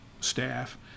staff